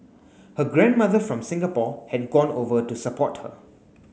her grandmother from Singapore had gone over to support her